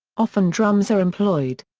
often drums are employed.